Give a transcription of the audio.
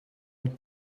mit